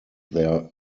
their